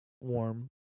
Warm